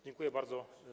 Dziękuję bardzo.